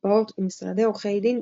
מרפאות ומשרדי עורכי דין,